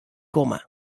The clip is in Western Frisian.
komme